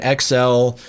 XL